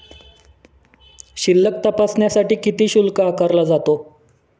शिल्लक तपासण्यासाठी किती शुल्क आकारला जातो?